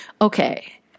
okay